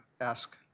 ask